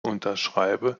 unterschreibe